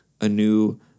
anew